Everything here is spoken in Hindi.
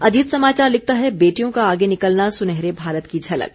अजीत समाचार लिखता है बेटियों का आगे निकलना सुनहरे भारत की झलक